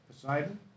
Poseidon